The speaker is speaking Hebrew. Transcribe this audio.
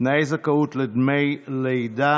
(תנאי זכאות לדמי לידה),